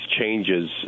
changes